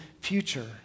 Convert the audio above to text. future